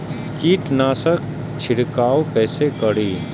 कीट नाशक छीरकाउ केसे करी?